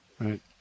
Right